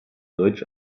deutsch